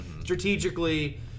strategically